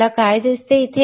तुला काय दिसते